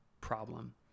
problem